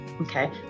okay